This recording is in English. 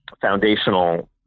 foundational